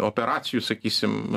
operacijų sakysim